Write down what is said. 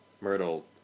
Myrtle